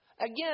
Again